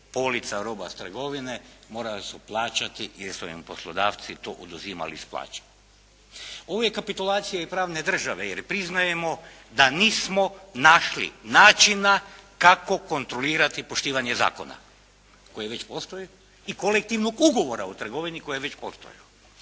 polica roba sa trgovine morale su plaćati jer su im poslodavci to oduzimali sa plaća. …/Govornik se ne razumije./… kaputulacije i pravne države jer priznajemo da nismo našli načina kako kontrolirati poštivanje zakona, koji već postoje i kolektivnog ugovora u trgovini koji je već postojao.